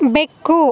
ಬೆಕ್ಕು